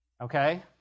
Okay